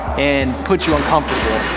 and put you uncomfortable.